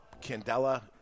Candela